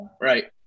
right